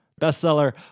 bestseller